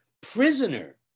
prisoner